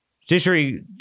Judiciary